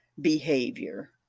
behavior